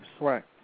Right